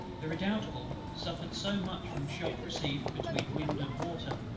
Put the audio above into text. the redoutable suffered so much from shot received between wind and water,